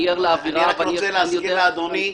אני מבקש להזכיר לאדוני,